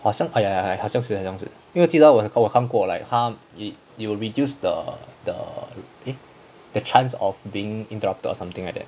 好像 !aiya! !aiya! 好像是好像是因为记得我看过它 he will reduce the the eh the chance of being interrupted or something like that